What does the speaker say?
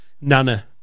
nana